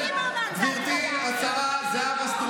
לא, אמרתי שליברמן זה הטרלה.